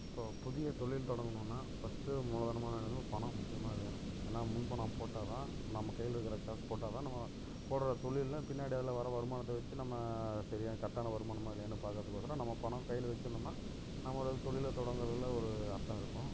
இப்போது புதிய தொழில் தொடங்கணும்னா ஃபஸ்ட்டு மூலதனமாக வேணும்னா பணம் முக்கியமாக வேணும் ஏன்னா முன் பணம் போட்டால் தான் நம்ம கையில் இருக்கிற காசு போட்டால் தான் நம்ம போடுற தொழில்ல பின்னாடி அதெல்லாம் வர வருமானத்தை வச்சு நம்ம சரியாக கரெக்டான வருமானமாக இல்லையான்னு பார்க்கறதுக்கோசரம் நம்ம பணம் கையில் வச்சிருந்தோம்னால் நம்மள தொழில் தொடங்குறதில் ஒரு அர்த்தம் இருக்கும்